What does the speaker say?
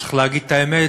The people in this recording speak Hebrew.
צריך להגיד את האמת,